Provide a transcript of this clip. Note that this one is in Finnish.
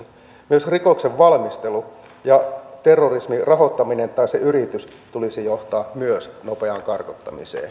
myös rikoksen valmistelun ja terrorismin rahoittamisen tai sen yrityksen tulisi johtaa nopeaan karkottamiseen